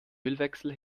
ölwechsel